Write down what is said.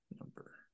number